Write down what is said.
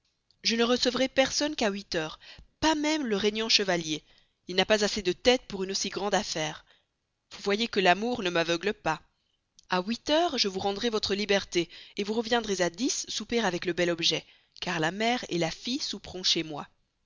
je ne recevrai personne qu'à huit pas même le régnant chevalier il n'a pas assez de tête pour une si grande affaire vous voyez que l'amour ne m'aveugle pas à huit heures je vous rendrai votre liberté vous reviendrez à dix souper avec le bel objet car la mère et la fille souperont chez moi